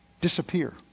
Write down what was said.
disappear